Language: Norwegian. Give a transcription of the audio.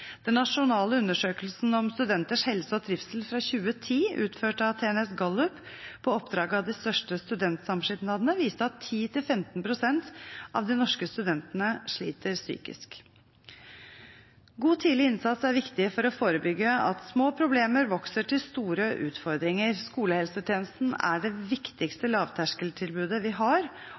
Den nasjonale undersøkelsen om studenters helse og trivsel fra 2010, utført av TNS Gallup på oppdrag av de største studentsamskipnadene, viste at 10–15 pst. av de norske studentene sliter psykisk. God tidlig innsats er viktig for å forebygge at små problemer vokser til store utfordringer. Skolehelsetjenesten er det viktigste lavterskeltilbudet vi har,